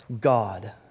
God